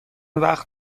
وقت